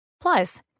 Plus